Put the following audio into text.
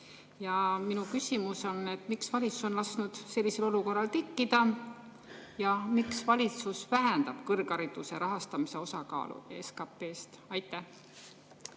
Minu küsimus on, miks valitsus on lasknud sellisel olukorral tekkida ja miks valitsus vähendab kõrghariduse rahastamise osakaalu SKP‑s. Aitäh